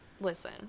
listen